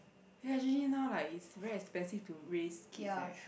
ya actually now like is very expensive to raise kids eh